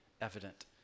evident